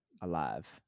alive